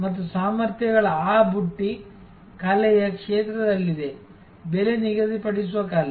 ಮತ್ತು ಸಾಮರ್ಥ್ಯಗಳ ಆ ಬುಟ್ಟಿ ಕಲೆಯ ಕ್ಷೇತ್ರದಲ್ಲಿದೆ ಬೆಲೆ ನಿಗದಿಪಡಿಸುವ ಕಲೆ